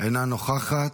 אינה נוכחת.